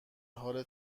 حال